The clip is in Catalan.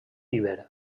iber